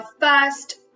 first